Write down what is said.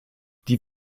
die